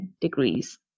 degrees